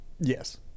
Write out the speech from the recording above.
Yes